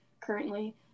currently